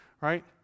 right